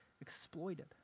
exploited